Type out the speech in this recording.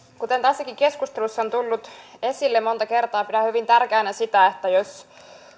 kuten tässäkin keskustelussa on tullut esille monta kertaa pidän hyvin tärkeänä sitä että jos